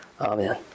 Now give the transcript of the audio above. Amen